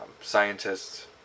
scientists